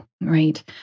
right